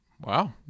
wow